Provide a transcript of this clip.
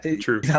true